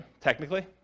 technically